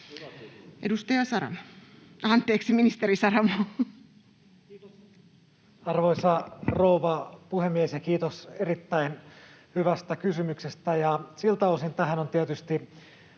Ministeri Saramo. Kiitos, arvoisa rouva puhemies! Kiitos erittäin hyvästä kysymyksestä, ja siltä osin tähän on tietysti